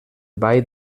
ball